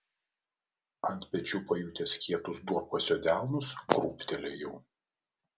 ant pečių pajutęs kietus duobkasio delnus krūptelėjau